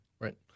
Right